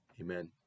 amen